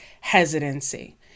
hesitancy